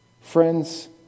Friends